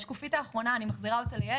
על השקופית האחרונה תדבר יעל,